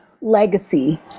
legacy